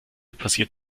passiert